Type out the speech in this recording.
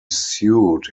sued